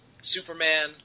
Superman